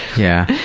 yeah.